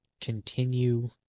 continue